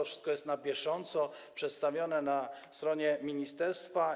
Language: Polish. Wszystko jest na bieżąco przedstawiane na stronie ministerstwa.